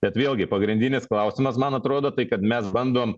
bet vėlgi pagrindinis klausimas man atrodo tai kad mes bandom